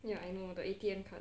ya I know the A_T_M card